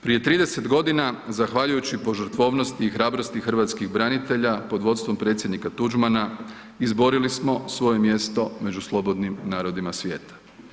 Prije 30.g. zahvaljujući požrtvovnosti i hrabrosti hrvatskih branitelja pod vodstvom predsjednika Tuđmana izborili smo svoje mjesto među slobodnim narodima svijeta.